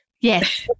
Yes